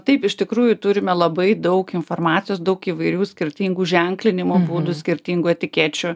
taip iš tikrųjų turime labai daug informacijos daug įvairių skirtingų ženkilinimo būdų skirtinų etikečių